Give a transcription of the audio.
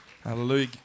Hallelujah